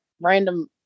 random